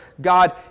God